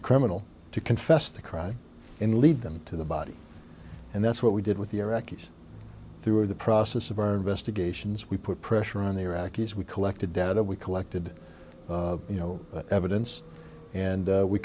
criminal to confess the crime and lead them to the body and that's what we did with the iraqis through the process of our investigations we put pressure on the iraqis we collected data we collected you know evidence and